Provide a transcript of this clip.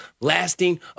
lasting